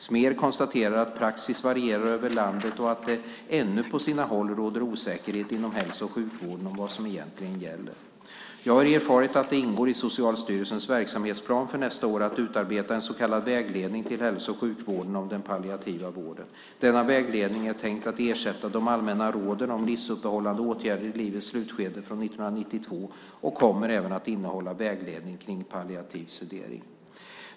Smer konstaterar att praxis varierar över landet och att det ännu på sina håll råder osäkerhet inom hälso och sjukvården om vad som egentligen gäller. Jag har erfarit att det ingår i Socialstyrelsens verksamhetsplan för nästa år att utarbeta en så kallad vägledning till hälso och sjukvården om den palliativa vården. Denna vägledning är tänkt att ersätta de allmänna råden om livsuppehållande åtgärder i livets slutskede från 1992 och kommer även att innehålla vägledning kring palliativ sedering.